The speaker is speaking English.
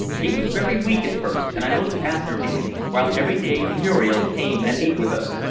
he was very weak at first, and i looked after him, while every day muriel came and ate with us,